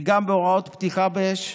וגם בהוראות פתיחה באש,